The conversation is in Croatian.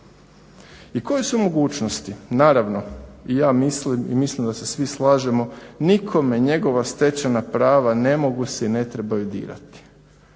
I koje su mogućnosti? Naravno ja mislim i mislim da se svi slažemo, nikome njegova stečena prava ne mogu se i ne trebaju dirati.